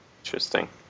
Interesting